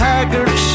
Haggard